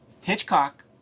Hitchcock